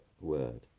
word